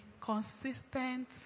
consistent